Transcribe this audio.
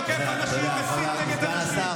אל תבלבל את המוח.